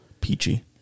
peachy